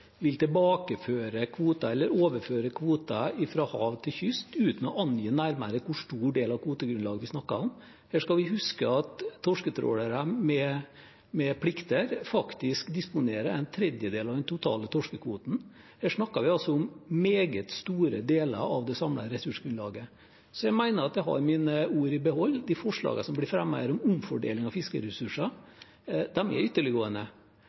vil tilbakeføre kvoter eller overføre kvoter fra hav- til kystflåten uten å angi nærmere hvor stor del av kvotegrunnlaget vi snakker om. Her skal vi huske at torsketrålere med plikter faktisk disponerer en tredjedel av den totale torskekvoten. Her snakker vi om meget store deler av det samme ressursgrunnlaget. Jeg mener at jeg har mine ord i behold. De forslagene som blir fremmet her om omfordeling av fiskeressurser, er ytterliggående.